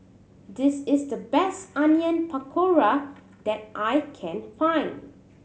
this is the best Onion Pakora that I can find